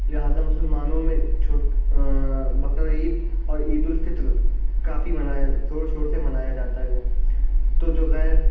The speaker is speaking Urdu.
لہٰذا مسلمانوں میں بقرعید اور عیدالفطر کافی منایا زور شور سے منایا جاتا ہے تو جو غیر